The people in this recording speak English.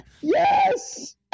Yes